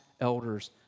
elders